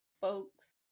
folks